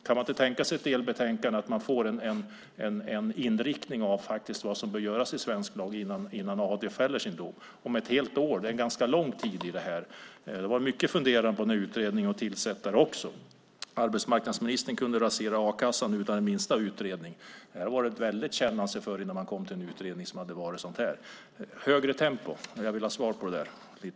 Kan man inte tänka sig att Stråth lämnar ett delbetänkande så att vi vet inriktningen på vad som behöver göras i svensk lag innan AD fäller sin dom? Ett helt år är en ganska lång tid. Det var mycket funderande i samband med tillsättandet av utredaren. Arbetsmarknadsministern kunde rasera a-kassan utan minsta utredning, medan det i detta fall väldigt mycket handlade om att känna sig för innan utredaren utsågs. Högre tempo, Littorin! Jag vill ha svar på det.